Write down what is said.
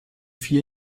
vier